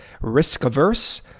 risk-averse